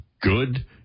good